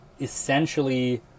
essentially